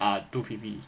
ah two P_Vs